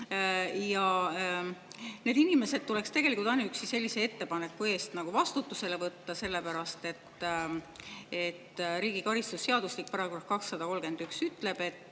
Ja need inimesed tuleks tegelikult ainuüksi sellise ettepaneku eest vastutusele võtta, sellepärast et riigi karistusseadustiku § 231 ütleb,